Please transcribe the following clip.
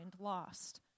lost